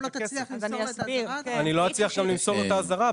לא אצליח למסור את האזהרה.